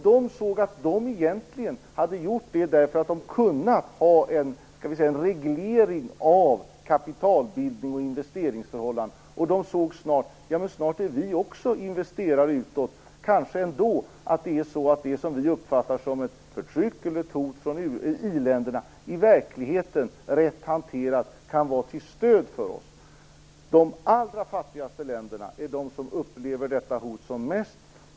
De såg att de egentligen hade gjort det därför att de kunnat ha en reglering av kapitalbildning och investeringsförhållanden. De såg snabbt: Men snart är vi också investerare utåt, kanske att det ändå är så att det som vi uppfattar som ett förtryck från i-länderna i verkligheten, rätt hanterat, kan vara till stöd för oss. De allra fattigaste länderna är de som upplever detta hot som mest.